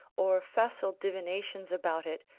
or facile divinations about it,